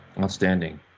Outstanding